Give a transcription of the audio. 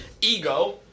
ego